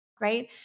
right